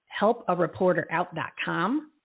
Helpareporterout.com